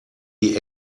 die